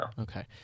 okay